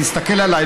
תסתכל עליי,